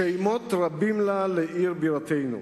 שמות רבים לה לעיר בירתנו,